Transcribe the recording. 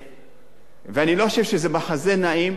ואני לא חושב שזה מחזה נעים